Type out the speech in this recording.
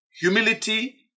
humility